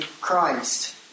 Christ